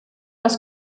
als